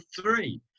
three